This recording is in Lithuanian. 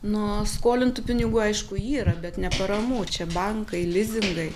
nu skolintų pinigų aišku yra bet ne paramų čia bankai lizingai